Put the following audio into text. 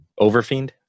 Overfiend